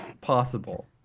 possible